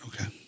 Okay